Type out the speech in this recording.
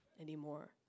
anymore